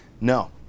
No